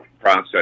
process